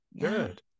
Good